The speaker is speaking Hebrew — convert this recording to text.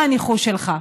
מה הניחוש שלך?